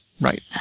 right